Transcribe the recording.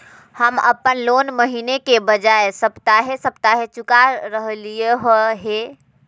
हम अप्पन लोन महीने के बजाय सप्ताहे सप्ताह चुका रहलिओ हें